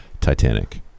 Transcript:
Titanic